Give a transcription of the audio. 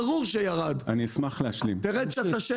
ברור שירד, תרד קצת לשטח.